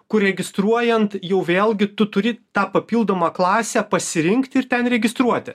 kur registruojant jau vėlgi tu turi tą papildomą klasę pasirinkti ir ten registruoti